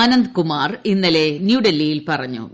ആനന്ദ്കുമാർ ഇന്നലെ ന്യൂഡൽഹിയിൽ പറഞ്ഞൂ